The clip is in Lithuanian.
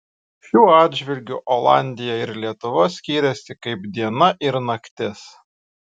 šiuo atžvilgiu olandija ir lietuva skiriasi kaip diena ir naktis